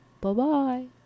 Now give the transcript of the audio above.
Bye-bye